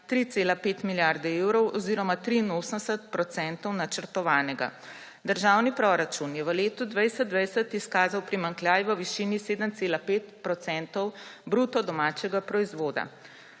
3,5 milijarde evrov oziroma 83 % načrtovanega. Državni proračun je v letu 2020 izkazal primanjkljaj v višini 7,5 % bruto domačega proizvoda.